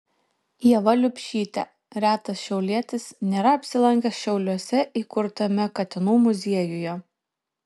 ieva liubšytė retas šiaulietis nėra apsilankęs šiauliuose įkurtame katinų muziejuje